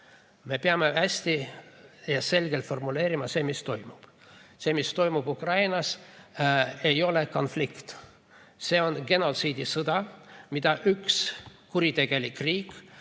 Me peame hästi selgelt formuleerima selle, mis toimub. See, mis toimub Ukrainas, ei ole konflikt. See on genotsiidisõda, mida üks kuritegelik riik,